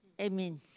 Amen